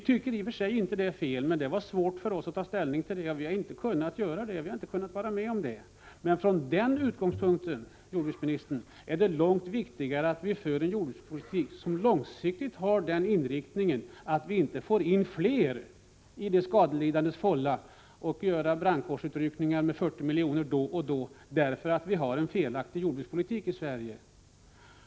Vi tycker i och för sig inte det är fel, men det var svårt för oss att ta ställning till det. Vi har inte kunnat vara med om det. Från den utgångspunkten, jordbruksministern, är det emellertid långt viktigare att vi för en jordbrukspolitik, som långsiktigt har den inriktningen att vi inte får in flera i de skadelidandes fålla och då och då tvingas göra brandkårsutryckningar med 40 milj.kr. därför att man för en felaktig jordbrukspolitik i Sverige.